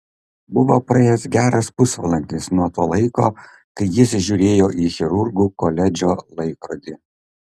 buvo praėjęs geras pusvalandis nuo to laiko kai jis žiūrėjo į chirurgų koledžo laikrodį